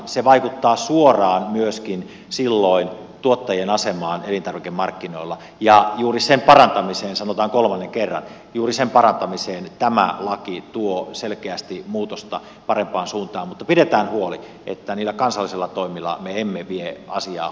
se vaikuttaa suoraan myöskin silloin tuottajan asemaan elintarvikemarkkinoilla ja juuri sen parantamiseen sanotaan kolmannen kerran tämä laki tuo selkeästi muutosta parempaan suuntaan mutta pidetään huoli että niillä kansallisilla toimilla me emme vie asiaa